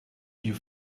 you